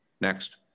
Next